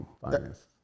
finance